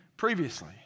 previously